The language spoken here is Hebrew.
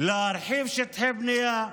להרחיב שטחי בנייה,